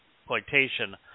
exploitation